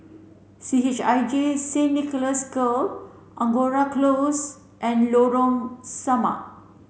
C H I J Saint Nicholas Girl Angora Close and Lorong Samak